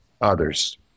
others